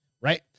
Right